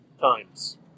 times